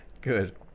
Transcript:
Good